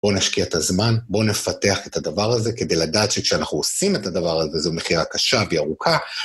בואו נשקיע את הזמן, בואו נפתח את הדבר הזה, כדי לדעת שכשאנחנו עושים את הדבר הזה, זו מכירה קשה והיא ארוכה.